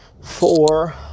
four